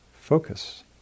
focus